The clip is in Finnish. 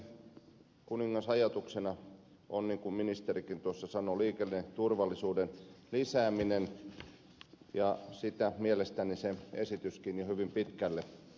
sen kuningasajatuksena on niin kuin ministerikin tuossa sanoi liikenneturvallisuuden lisääminen ja sitä mielestäni se esityskin hyvin pitkälle on